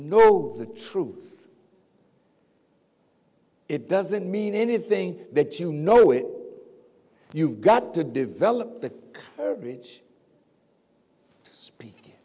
of the truth it doesn't mean anything that you know it you've got to develop the bridge speak